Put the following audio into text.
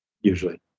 usually